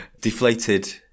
Deflated